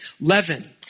Leaven